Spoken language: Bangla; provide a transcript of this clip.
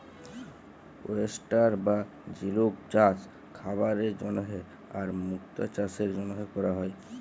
ওয়েস্টার বা ঝিলুক চাস খাবারের জন্হে আর মুক্ত চাসের জনহে ক্যরা হ্যয়ে